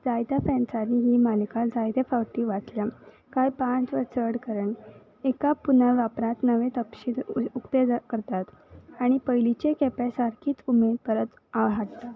जायत्या फेन्सांनी ही मालिका जायते फावटी वाचल्या कायां पांच वा चड करण एका पुनवापरांत नवें तपशील उकते करतात आनी पयलींचे खेप्यां सारकीच उमेद परत आ हाडट